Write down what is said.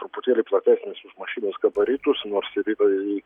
truputėlį platesnis už mašinos gabaritus nors ir inai